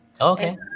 Okay